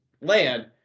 land